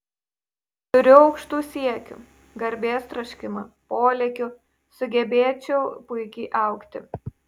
turiu aukštų siekių garbės troškimą polėkių sugebėčiau puikiai augti